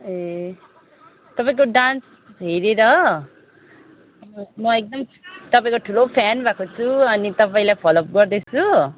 ए तपाईँको डान्स हेरेर म म एकदम तपाईँको ठुलो फ्यान भएको छु अनि तपाईँलाई फलोअप गर्दैछु